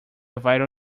vital